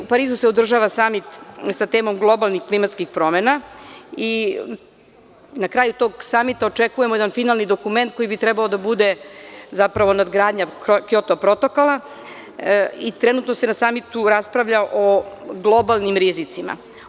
U Parizu se održava Samit sa Temom - globalnih klimatskih promena i na kraju tog Samita, očekujemo jedan finalni dokument koji bi trebao da bude zapravo nadgradnja Kjoto protokola i trenutno se na Samitu raspravlja o globalnim rizicima.